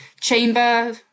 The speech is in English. chamber